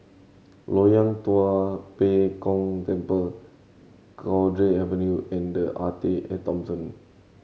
Loyang Tua Pek Kong Temple Cowdray Avenue and The Arte At Thomson